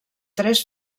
tres